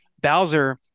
Bowser